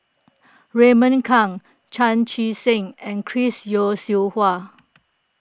Raymond Kang Chan Chee Seng and Chris Yeo Siew Hua